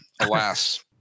alas